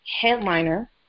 headliner